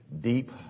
deep